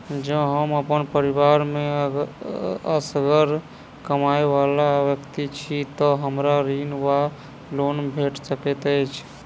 जँ हम अप्पन परिवार मे असगर कमाई वला व्यक्ति छी तऽ हमरा ऋण वा लोन भेट सकैत अछि?